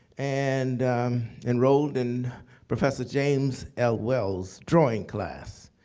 and enrolled in professor james l wells' drawing class.